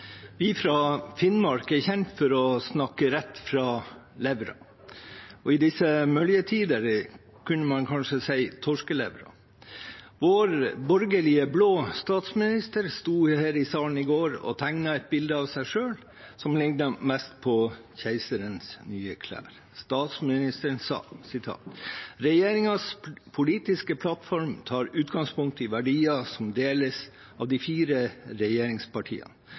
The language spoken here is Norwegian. Vi fra Finnmark er kjente for å snakke rett fra levra, og i disse møljetider kunne man kanskje si torskelevra. Vår borgerlige, blå statsminister sto her i salen i går og tegnet et bilde av seg selv som liknet mest på keiserens nye klær. Statsministeren sa: «Regjeringens politiske plattform tar utgangspunkt i verdier som deles av de fire regjeringspartiene.